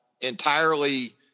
entirely